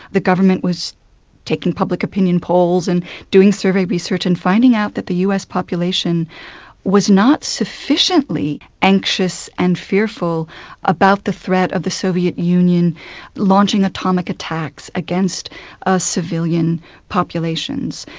the government was taking public opinion opinion polls and doing survey research and finding out that the us population was not sufficiently anxious and fearful about the threat of the soviet union launching atomic attacks against ah civilian populations.